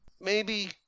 maybe-